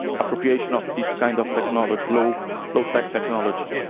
appropriation of this kind of technology low low tech technology.